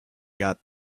got